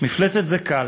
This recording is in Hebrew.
מפלצת זה קל,